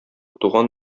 туган